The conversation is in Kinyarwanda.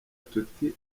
tuti